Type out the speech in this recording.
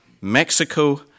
Mexico